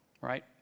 right